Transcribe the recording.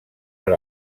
per